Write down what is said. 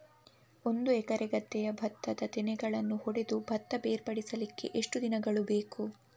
ಒಂದು ಎಕರೆ ಗದ್ದೆಯ ಭತ್ತದ ತೆನೆಗಳನ್ನು ಹೊಡೆದು ಭತ್ತ ಬೇರ್ಪಡಿಸಲಿಕ್ಕೆ ಎಷ್ಟು ದಿನಗಳು ಬೇಕು?